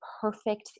perfect